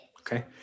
Okay